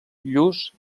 lluç